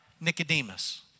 Nicodemus